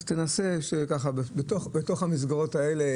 אז תנסה ככה בתוך המסגרות האלה,